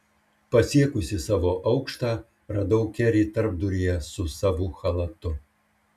pasiekusi savo aukštą radau kerį tarpduryje su savu chalatu